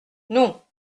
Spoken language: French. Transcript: non